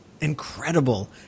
incredible